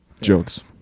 Jokes